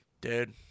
Dude